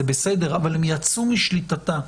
זה בסדר, אבל הם יצאו משליטתה.